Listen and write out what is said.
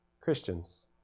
Christians